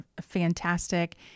fantastic